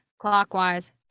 clockwise